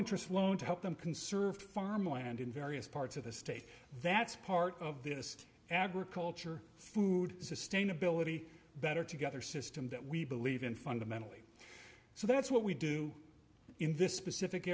interest loan to help them conserve farmland in various parts of the state that's part of this agriculture food sustainability better together system that we believe in fundamentally so that's what we do in this specific